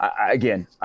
again